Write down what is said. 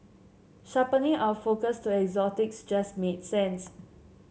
sharpening our focus to exotics just made sense